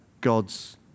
God's